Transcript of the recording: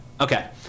Okay